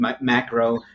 macro